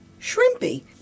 Shrimpy